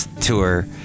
tour